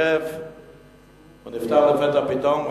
הוא נפטר לפתע פתאום.